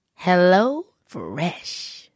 HelloFresh